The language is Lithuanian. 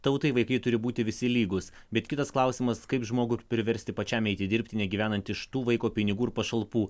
tautai vaikai turi būti visi lygūs bet kitas klausimas kaip žmogų priversti pačiam eiti dirbti negyvenant iš tų vaiko pinigų ir pašalpų